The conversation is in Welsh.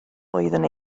oeddwn